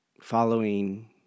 Following